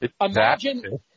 imagine –